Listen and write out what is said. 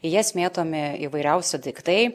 į jas mėtomi įvairiausi daiktai